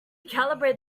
calibrate